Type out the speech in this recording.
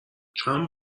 چند